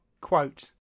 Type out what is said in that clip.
quote